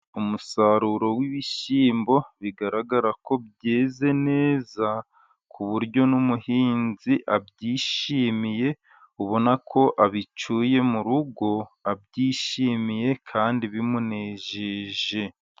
Umusaruro w'ibishyimbo bigaragara ko byeze neza ku buryo n'umuhinzi abyishimiye, ubona ko abicuye mu rugo abyishimiye kandi bimunejeje.